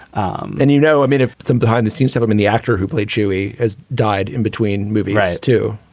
um then, you know, i mean, some behind the scenes, so him in the actor who played chewy as died in between movie. right, too.